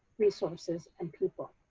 resources and people